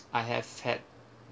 I have had